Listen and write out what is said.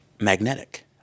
magnetic